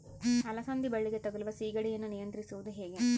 ಅಲಸಂದಿ ಬಳ್ಳಿಗೆ ತಗುಲುವ ಸೇಗಡಿ ಯನ್ನು ನಿಯಂತ್ರಿಸುವುದು ಹೇಗೆ?